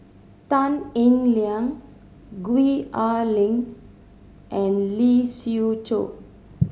Tan Eng Liang Gwee Ah Leng and Lee Siew Choh